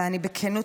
ובכנות,